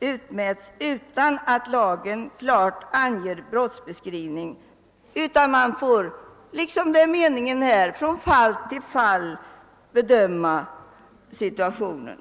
utmäts utan att lagen klart anger brottsbeskrivning — man får i stället, liksom meningen är här, från fall till fall bedöma situationen.